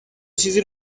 چیزی